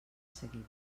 seguida